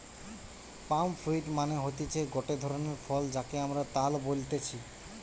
পাম fruit মানে হতিছে গটে ধরণের ফল যাকে আমরা তাল বলতেছি